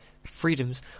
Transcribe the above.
freedoms